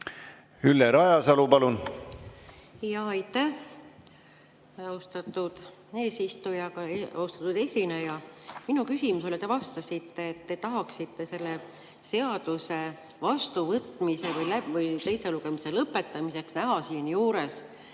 Ülle Rajasalu, palun! Aitäh, austatud eesistuja! Austatud esineja! Minu küsimusele te vastasite, et te tahaksite selle seaduse vastuvõtmiseks või teise lugemise lõpetamiseks näha siin juures